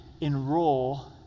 enroll